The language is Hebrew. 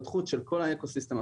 זה קצב דיוני התקציב וחוק ההסדרים.